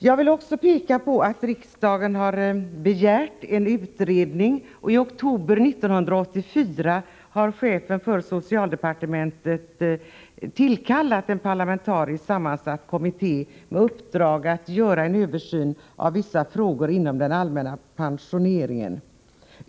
Jag vill också peka på att riksdagen har begärt en utredning, och i oktober 1984 tillkallade chefen för socialdepartementet en parlamentariskt sammansatt kommitté med uppdrag att göra en översyn av vissa frågor beträffande den allmänna pensioneringen.